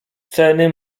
ceny